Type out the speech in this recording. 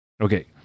Okay